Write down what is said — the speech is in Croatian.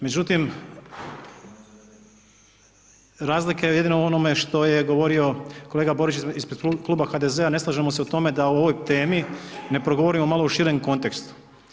Međutim, razlika je jedino u onome što je govorio kolega Borić ispred Kluba HDZ-a ne slažemo se da u ovoj temi ne progovorimo malo u širem kontekstu.